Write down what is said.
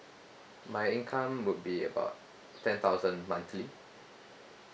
my income would be about ten thousand monthly